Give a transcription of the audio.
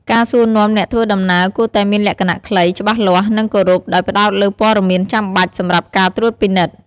ការសួរនាំអ្នកធ្វើដំណើរគួរតែមានលក្ខណៈខ្លី ច្បាស់លាស់ និងគោរព ដោយផ្តោតលើព័ត៌មានចាំបាច់សម្រាប់ការត្រួតពិនិត្យ។